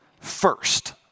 first